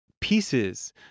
pieces